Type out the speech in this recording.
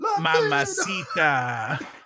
Mamacita